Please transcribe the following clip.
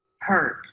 hurt